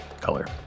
color